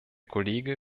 kollege